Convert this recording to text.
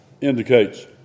indicates